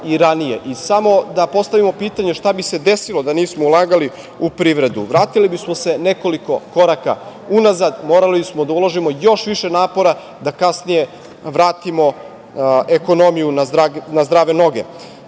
da postavimo pitanje šta bi se desili da nismo ulagali u privredu. Vratili bismo se nekoliko koraka unazad. Morali bi da uložimo još više napora da kasnije vratimo ekonomiju na zdrave noge. Važno